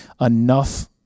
enough